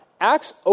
Acts